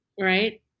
right